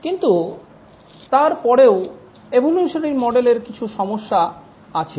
কিন্তু তারপরেও এভোলিউশনারী মডেলের কিছু সমস্যা আছে